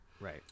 Right